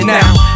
Now